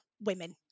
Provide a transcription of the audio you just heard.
women